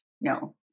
no